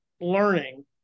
learning